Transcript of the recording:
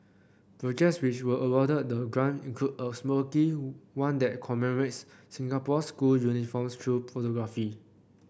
projects which were awarded the grant include a quirky one that commemorates Singapore's school uniforms through photography